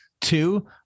Two